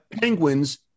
penguins